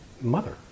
mother